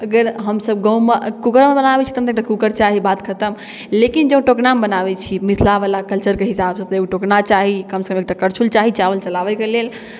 अगर हमसभ गाँवमे कूकरमे बनाबै छी तखन तऽ एकटा कूकर चाही बात खतम लेकिन जब टोकनामे बनाबै छी मिथिलावला कल्चरके हिसाबसँ तऽ एगो टोकना चाही कमसँ कम एगो करछुल चाही चावल चलाबैके लेल